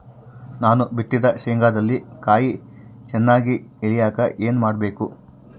ನಾನು ಬಿತ್ತಿದ ಶೇಂಗಾದಲ್ಲಿ ಕಾಯಿ ಚನ್ನಾಗಿ ಇಳಿಯಕ ಏನು ಮಾಡಬೇಕು?